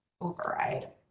override